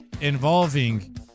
involving